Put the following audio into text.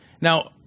Now